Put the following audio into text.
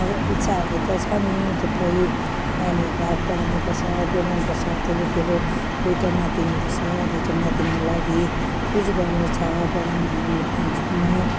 अब इच्छाहरू त छ नि थुप्रै नानीहरूलाई अब पढाउनु पर्छ गुनाउनु पर्छ ठुलो ठुलो दुइवटा नातिहरू छ दुइवटा नातिनीको लागि कुछ गर्नुछ बगानमा हिँड्नु छ हिँड्छु म